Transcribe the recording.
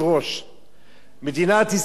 מדינת ישראל, ברוך השם,